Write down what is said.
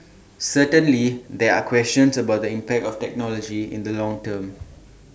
certainly there are questions about the impact of technology in the long term